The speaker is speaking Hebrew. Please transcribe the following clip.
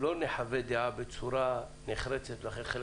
לא נחווה דעה בצורה נחרצת כי אנחנו